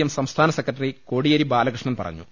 M സംസ്ഥാന secretary Kodiyeri Balakrishnan പറഞ്ഞു